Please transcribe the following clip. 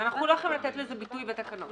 אבל אנחנו לא יכולים לתת לזה ביטוי בתקנות.